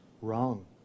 wrong